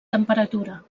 temperatura